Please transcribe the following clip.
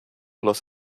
los